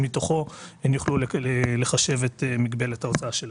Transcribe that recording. שמתוכו הם יוכלו לחשב את מגבלת ההוצאה שלהן.